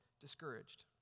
discouraged